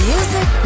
Music